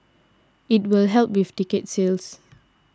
it will help with ticket sales